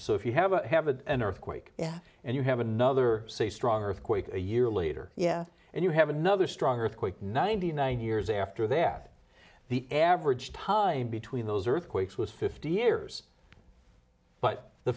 so if you have a have and earthquake yeah and you have another strong earthquake a year later yeah and you have another strong earthquake ninety nine years after that the average time between those earthquakes was fifty years but the